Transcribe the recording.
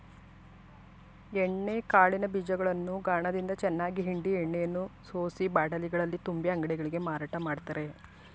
ಎಣ್ಣೆ ಕಾಳಿನ ಬೀಜಗಳನ್ನು ಗಾಣದಿಂದ ಚೆನ್ನಾಗಿ ಹಿಂಡಿ ಎಣ್ಣೆಯನ್ನು ಸೋಸಿ ಬಾಟಲಿಗಳಲ್ಲಿ ತುಂಬಿ ಅಂಗಡಿಗಳಿಗೆ ಮಾರಾಟ ಮಾಡ್ತರೆ